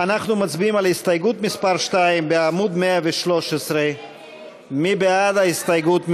אנחנו מצביעים על הסתייגות מס' 2 בעמוד 113. מי בעד ההסתייגות?